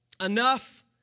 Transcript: enough